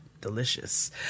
delicious